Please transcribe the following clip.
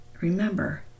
Remember